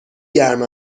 گرم